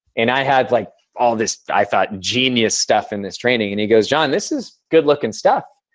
and i had like all this, i thought genius stuff in this training and he goes, jon, this is good looking stuff.